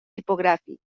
tipogràfic